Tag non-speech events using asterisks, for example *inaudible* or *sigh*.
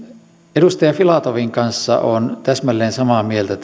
edustaja filatovin kanssa olen täsmälleen samaa mieltä *unintelligible*